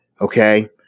Okay